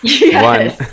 One